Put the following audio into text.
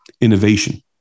innovation